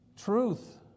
truth